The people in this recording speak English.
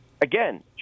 again